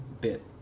bit